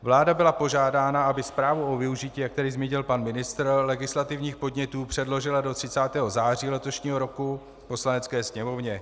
Vláda byla požádána, aby zprávu o využití, jak tady zmínil pan ministr, legislativních podnětů předložila do 30. září letošního roku Poslanecké sněmovně.